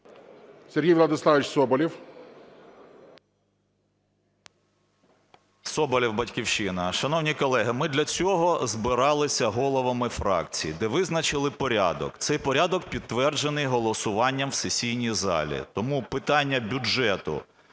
Сергій Владиславович Соболєв.